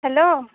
hello